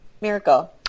miracle